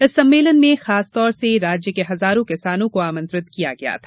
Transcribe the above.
इस सम्मेलन में खासतौर से राज्य के हजारों किसानों को आमंत्रित किया गया था